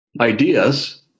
ideas